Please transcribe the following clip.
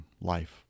life